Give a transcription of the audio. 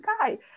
guy